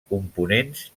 components